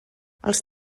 els